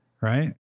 Right